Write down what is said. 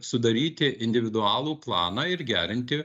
sudaryti individualų planą ir gerinti